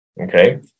Okay